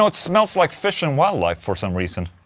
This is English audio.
ah smells like fish and wildlife for some reason